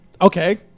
Okay